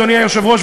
אדוני היושב-ראש,